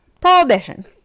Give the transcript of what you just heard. Prohibition